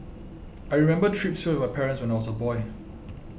I remember trips here with my parents when I was a boy